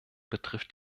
betrifft